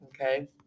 okay